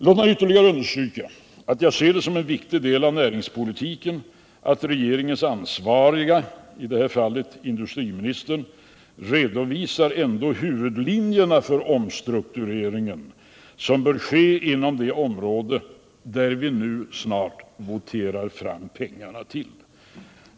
Låt mig ytterligare understryka att jag ser det som en viktig del av näringspolitiken att regeringens ansvariga, i det här fallet närmast industriministern, ändå redovisar huvudlinjerna för den omstrukturering som bör ske inom det område till vilket vi snart skall votera fram pengar.